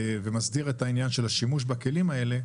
ומסדיר את העניין של השימוש בכלים האלה,